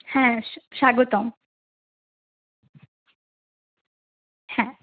হ্যাঁ স্বাগতম হ্যাঁ